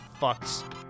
fucks